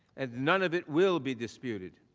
and none of it will be disputed.